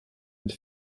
mit